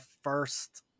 first